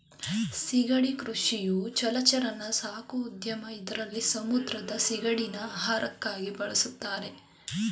ಸಿಗಡಿ ಕೃಷಿಯು ಜಲಚರನ ಸಾಕೋ ಉದ್ಯಮ ಇದ್ರಲ್ಲಿ ಸಮುದ್ರದ ಸಿಗಡಿನ ಆಹಾರಕ್ಕಾಗ್ ಬಳುಸ್ತಾರೆ